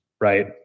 Right